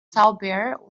zauberer